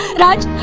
not